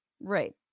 Right